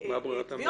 מה היא ברירת המחדל?